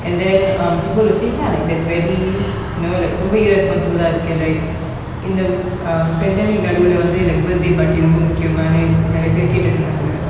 and then um people were saying lah like that's very you know like ரொம்ப:romba irresponsible lah okay like இந்த:intha um pandemic நடுவுல வந்து:naduvula vanthu birthday party ரொம்ப முக்கியமானு நிறைய பேரு கேட்டுட்டு இருந்தாங்க:romba mukkiyamanu niraya peru ketutu irunthanga